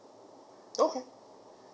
okay